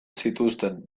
zituzten